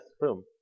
Boom